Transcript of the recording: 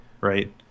right